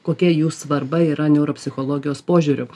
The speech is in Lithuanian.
kokia jų svarba yra neuropsichologijos požiūriu